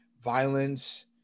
violence